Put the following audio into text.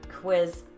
quiz